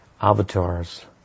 avatars